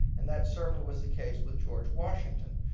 and that certainly was the case with george washington.